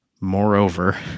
Moreover